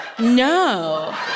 No